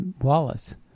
Wallace